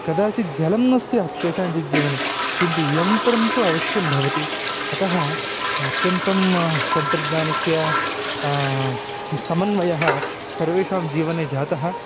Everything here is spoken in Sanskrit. कदाचिज्जलं न स्यात् केषाञ्चित् जीवने किन्तु यन्त्रं तु अवश्यं भवति अतः अत्यन्तं तन्त्रज्ञानस्य समन्वयः सर्वेषां जीवने जातः